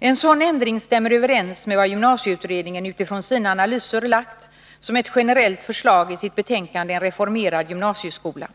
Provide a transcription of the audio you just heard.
En sådan ändring stämmer överens med vad gymnasieutredningen utifrån sina analyser lagt fram som ett generellt förslag i sitt betänkande En reformerad gymnasieskola.